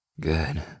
Good